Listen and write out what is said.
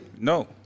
No